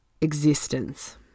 existence